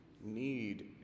need